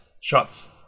Shots